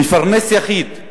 מפרנס יחיד,